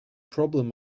problem